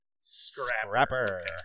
Scrapper